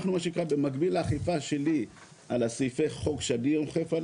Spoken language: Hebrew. אנחנו במקביל לאכיפה שלי על סעיפי החוק שאני אוכף,